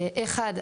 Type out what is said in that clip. אחד,